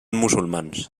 musulmans